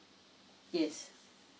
yes